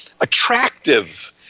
attractive